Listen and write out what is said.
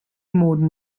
modern